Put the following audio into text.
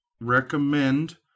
recommend